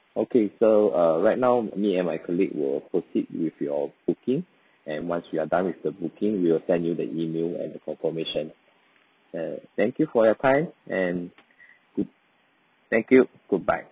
okay so uh right now me and my colleague will proceed with your booking and once we are done with the booking we'll send you the email and the confirmation uh thank you for your time and good thank you goodbye